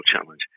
challenge